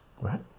right